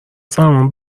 سلمان